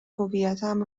هویتم